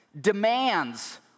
demands